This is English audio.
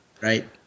Right